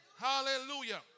Hallelujah